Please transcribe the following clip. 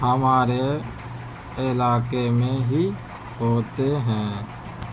ہمارے علاقے میں ہی ہوتے ہیں